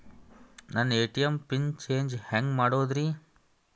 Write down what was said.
ನನ್ನ ATM pin change ಹೆಂಗ್ ಮಾಡೋದ್ರಿ?